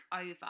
over